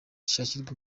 gishakirwe